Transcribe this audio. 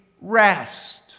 rest